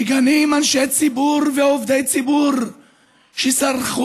מגנים אנשי ציבור ועובדי ציבור שסרחו,